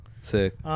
Sick